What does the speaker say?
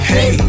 Hey